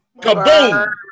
Kaboom